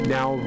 Now